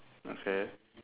okay